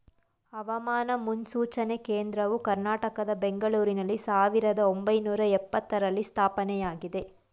ಹವಾಮಾನ ಮುನ್ಸೂಚನೆ ಕೇಂದ್ರವು ಕರ್ನಾಟಕದ ಬೆಂಗಳೂರಿನಲ್ಲಿ ಸಾವಿರದ ಒಂಬೈನೂರ ಎಪತ್ತರರಲ್ಲಿ ಸ್ಥಾಪನೆಯಾಗಿದೆ